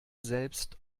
selbst